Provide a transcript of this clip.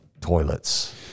toilets